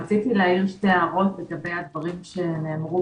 רציתי להעיר שתי הערות לגבי הדברים שנאמרו